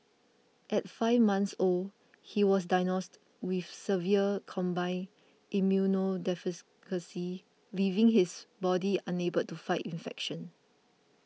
at five months old he was diagnosed with severe combined leaving his body unable to fight infections